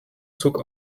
zog